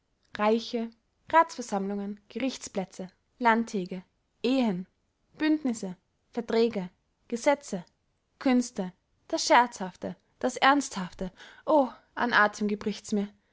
reiche rathsversammlungen gerichtsplätze landtäge ehen bündnisse verträge gesetze künste das scherzhafte das ernsthafte o an